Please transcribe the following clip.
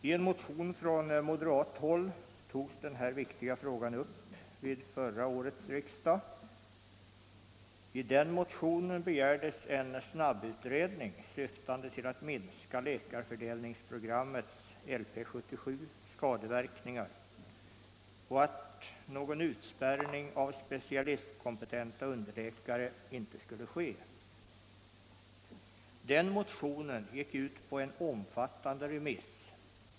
I en motion från moderat håll togs den här viktiga frågan upp vid förra årets riksdag. I den motionen begärdes en snabbutredning, syftande till att minska läkarfördelningsprogrammets — LP 77 — skadeverkningar och att någon utspärrning av specialistkompetenta underläkare inte skulle ske. Den motionen gick ut på en omfattande remiss.